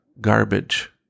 garbage